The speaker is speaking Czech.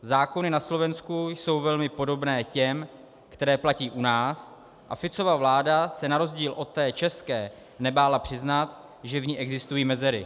Zákony na Slovensku jsou velmi podobné těm, které platí u nás, a Ficova vláda se na rozdíl od té české nebála přiznat, že v ní existují mezery.